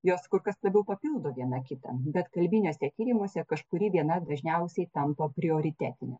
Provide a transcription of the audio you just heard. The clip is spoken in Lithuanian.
jos kur kas labiau papildo viena kitą bet kalbiniuose tyrimuose kažkuri viena dažniausiai tampa prioritetine